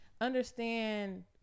understand